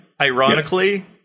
ironically